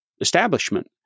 establishment